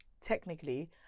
technically